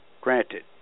Granted